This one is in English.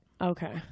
Okay